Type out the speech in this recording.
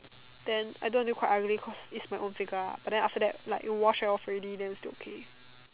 then I do until quite ugly cause is my own finger lah but then after that like wash it off already still okay